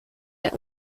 der